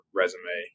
resume